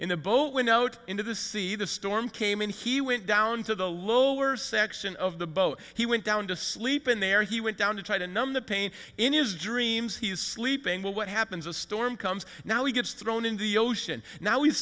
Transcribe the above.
in the boat went out into the sea the storm came in he went down to the lower section of the boat he went down to sleep in there he went down to try to numb the pain in his dreams he's sleeping well what happens a storm comes now he gets thrown in the ocean now he's